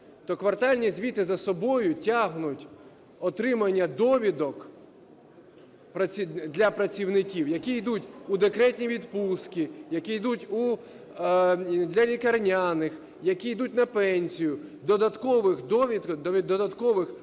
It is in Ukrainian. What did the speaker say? квартальні звіти за собою тягнуть отримання довідок для працівників, які ідуть у декретні відпустки, які ідуть у… для лікарняних, які ідуть на пенсію. Додаткових паперових